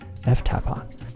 ftapon